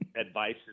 advice